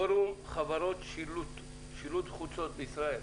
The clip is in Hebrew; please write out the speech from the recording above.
פורום חברות שילוט החוצות בישראל.